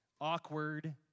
awkward